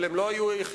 אבל הם לא היו היחידים.